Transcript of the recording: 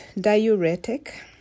diuretic